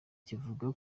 kivuga